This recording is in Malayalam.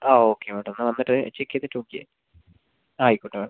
ആ ഓക്കെ മാഡം എന്നാൽ വന്നിട്ട് ചെക്ക് ചെയ്തിട്ട് നോക്കിയാൽ മതി ആയിക്കോട്ടെ മാഡം